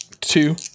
Two